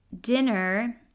Dinner